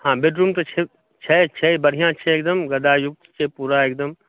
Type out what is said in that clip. हँ बेडरूम तऽ छै बढ़िआँ छै एकदम गद्दायुक्त छै पूरा एकदम